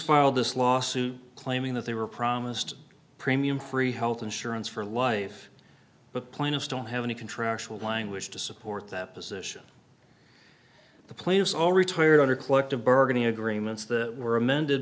filed this lawsuit claiming that they were promised premium free health insurance for life but plaintiffs don't have any contractual language to support that position the plaintiffs all retired under collective bargaining agreements that were amended